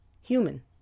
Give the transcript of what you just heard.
human